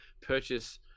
purchase